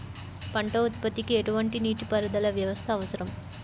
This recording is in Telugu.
పంట ఉత్పత్తికి ఎటువంటి నీటిపారుదల వ్యవస్థ అవసరం?